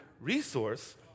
resource